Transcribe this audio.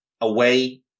away